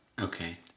Okay